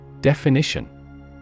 Definition